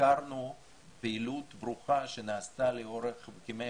הזכרנו פעילות ברוכה שנעשתה לאורך כ-100